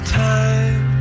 time